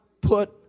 put